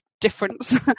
difference